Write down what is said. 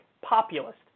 populist